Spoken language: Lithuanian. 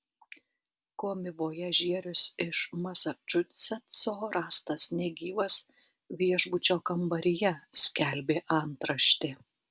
komivojažierius iš masačusetso rastas negyvas viešbučio kambaryje skelbė antraštė